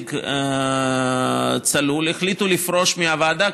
ונציג צלול החליטו לפרוש מהוועדה,